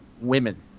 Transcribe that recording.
women